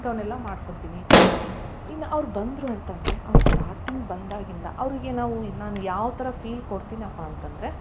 ಇಂಥವನ್ನೆಲ್ಲ ಮಾಡ್ಕೊಳ್ತೀನಿ ಇನ್ನೂ ಅವರು ಬಂದರು ಅಂತ ಅಂದ್ರೆ ಅವ್ರು ಸ್ಟಾರ್ಟಿಂಗ್ ಬಂದಾಗಿನಿಂದ ಅವರಿಗೆ ನಾವು ನಾನು ಯಾವ ಥರ ಫೀಲ್ ಕೊಡ್ತೀನಪ್ಪ ಅಂತ ಅಂದ್ರೆ